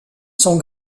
son